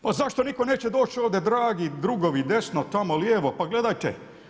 Pa zašto nitko neće doći ovdje dragi drugovi desno, tamo lijevo, pa gledajte?